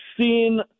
seen